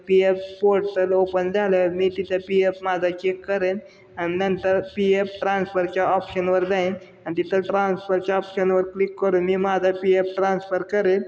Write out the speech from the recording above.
P F portal open झाल्यावर मी तिथं पी एफ माझं चेक करेन आणि नंतर पी एफ ट्रान्सफरच्या ऑप्शनवर जाईन आणि तिथं ट्रान्सफरच्या ऑप्शनवर क्लिक करून मी माझा पी एफ ट्रान्सफर करेन